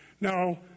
Now